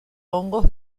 hongos